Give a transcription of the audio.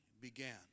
began